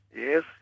Yes